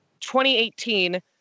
2018